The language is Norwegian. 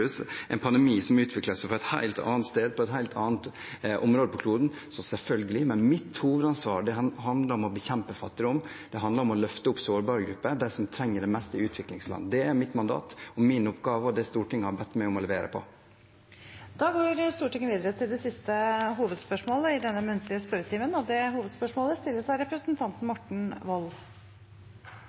en pandemi som utviklet seg fra et helt annet sted, i et helt annet område på kloden. Mitt hovedansvar handler om å bekjempe fattigdom, det handler om å løfte opp sårbare grupper, de som trenger det mest, i utviklingsland. Det er mitt mandat, min oppgave, og det Stortinget har bedt meg om å levere på. Stortinget går videre til det siste hovedspørsmålet i denne muntlige spørretimen. Mitt spørsmål går til forsvarsministeren. Stortinget har nettopp behandlet og